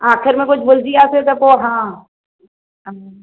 आख़िर में कुझु भुलजी वियासीं त पोइ हा